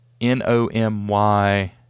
N-O-M-Y